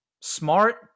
Smart